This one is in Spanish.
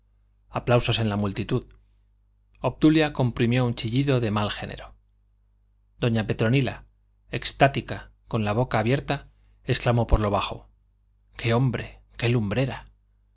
aplausos en la multitud obdulia comprimió un chillido de mal género doña petronila extática con la boca abierta exclamó por lo bajo qué hombre qué lumbrera